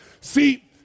See